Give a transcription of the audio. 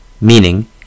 meaning